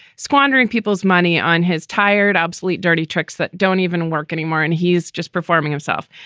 squandering people's money on his tired, obsolete, dirty tricks that don't even work anymore. and he's just performing himself.